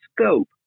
scope